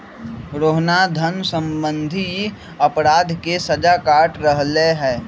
रोहना धन सम्बंधी अपराध के सजा काट रहले है